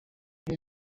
aho